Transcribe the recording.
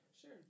Sure